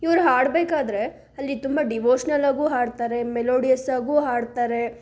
ಇವ್ರು ಹಾಡಬೇಕಾದ್ರೆ ಅಲ್ಲಿ ತುಂಬ ಡಿವೋಷ್ನಲ್ಲಾಗೂ ಹಾಡ್ತಾರೆ ಮೆಲೋಡಿಯಸ್ಸಾಗೂ ಹಾಡ್ತಾರೆ